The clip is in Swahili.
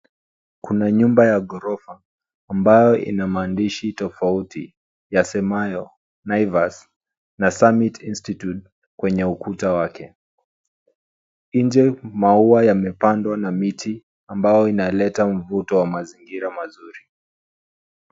Kuna nyumba ya ghorofa ambayo ina maandishi tofauti yasemayo "Naivas" na (cs)summit estate(cs) kwenye ukuta wake. Nje maua yamepandwa na miti ambayo inaleta mvuto wa mazingira mazuri.